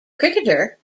cricketer